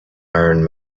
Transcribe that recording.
iron